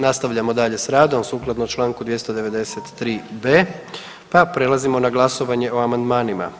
Nastavljamo dalje s radom sukladno čl. 293.b pa prelazimo na glasovanje o amandmanima.